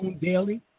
daily